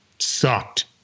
sucked